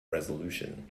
resolution